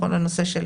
יש את הנושא של